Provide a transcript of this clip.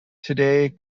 today